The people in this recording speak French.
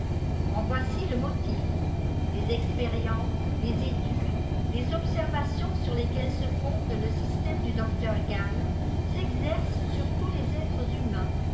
en voici le motif les expériences les études les observations sur lesquelles se fonde le système du docteur gall s'exercent sur tous les êtres humains